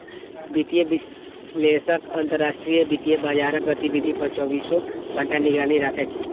वित्तीय विश्लेषक अंतरराष्ट्रीय वित्तीय बाजारक गतिविधि पर चौबीसों घंटा निगरानी राखै छै